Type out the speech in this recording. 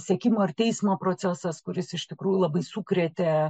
sekimo ar teismo procesas kuris iš tikrųjų labai sukrėtė